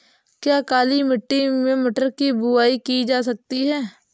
क्या काली मिट्टी में मटर की बुआई की जा सकती है?